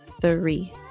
three